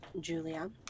Julia